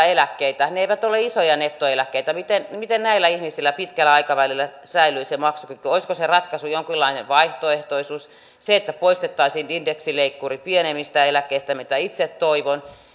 eläkkeitä ne eivät ole isoja nettoeläkkeitä miten näillä ihmisillä pitkällä aikavälillä säilyy se maksukyky olisiko se ratkaisu jonkinlainen vaihtoehtoisuus se että poistettaisiin indeksileikkuri pienemmistä eläkkeistä mitä itse toivon